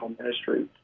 ministry